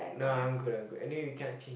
nah I'm good I'm good anyway we can change